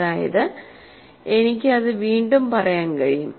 അതായത് എനിക്ക് അത് വീണ്ടും പറയാൻ കഴിയും